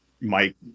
Mike